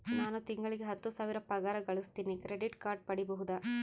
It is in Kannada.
ನಾನು ತಿಂಗಳಿಗೆ ಹತ್ತು ಸಾವಿರ ಪಗಾರ ಗಳಸತಿನಿ ಕ್ರೆಡಿಟ್ ಕಾರ್ಡ್ ಪಡಿಬಹುದಾ?